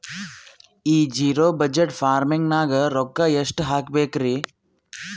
ಈ zero budget farming ನಾಗ್ ರೊಕ್ಕ ಎಷ್ಟು ಹಾಕಬೇಕರಿ?